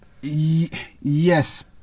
Yes